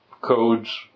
codes